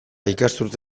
ikasturte